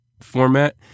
format